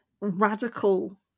radical